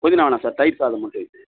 புதினா வேணாம் சார் தயிர் சாதம் மட்டும்